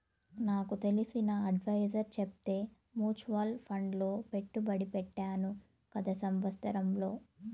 నాకు తెలిసిన అడ్వైసర్ చెప్తే మూచువాల్ ఫండ్ లో పెట్టుబడి పెట్టాను గత సంవత్సరంలో